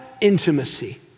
intimacy